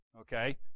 okay